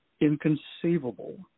inconceivable